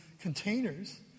containers